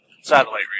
satellite